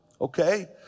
okay